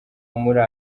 muri